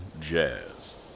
Jazz